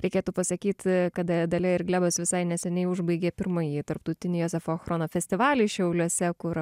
reikėtų pasakyt kada dalia ir glebas visai neseniai užbaigė pirmąjį tarptautinį jozefo chrono festivalį šiauliuose kur